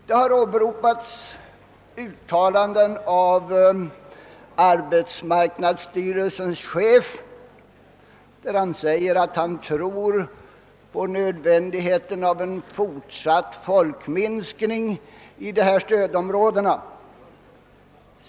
Här har åberopats uttalanden av arbetsmarknadsstyrelsens chef, i vilka han säger att han tror på nödvändigheten av en fortsatt folkminskning i stödområdena.